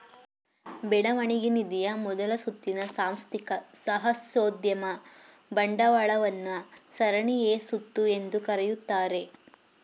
ಬೆಳವಣಿಗೆ ನಿಧಿಯ ಮೊದಲ ಸುತ್ತಿನ ಸಾಂಸ್ಥಿಕ ಸಾಹಸೋದ್ಯಮ ಬಂಡವಾಳವನ್ನ ಸರಣಿ ಎ ಸುತ್ತು ಎಂದು ಕರೆಯುತ್ತಾರೆ